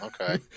okay